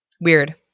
Weird